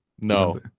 no